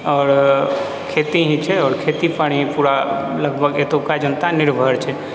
आओर खेती ही छै आओर खेतीपर ही पूरा लगभग एतुका जनता निर्भर छै